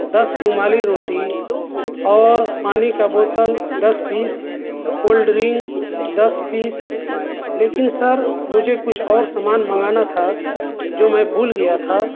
دس رومالی روٹی اور پانی کا بوتل دس پیس کولد ڈرنگ دس پیس لیکن سر مجھے کچھ اور سامان منگانا تھا جو میں بھول گیا تھا